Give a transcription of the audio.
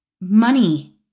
money